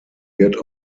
wird